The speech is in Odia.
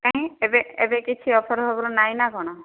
କାହିଁ ଏବେ ଏବେ କିଛି ଅଫର୍ ଫଫର ନାହିଁ ନା କ'ଣ